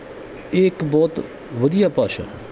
ਇਹ ਇੱਕ ਬਹੁਤ ਵਧੀਆ ਭਾਸ਼ਾ ਹੈ